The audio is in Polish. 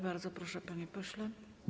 Bardzo proszę, panie pośle.